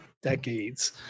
Decades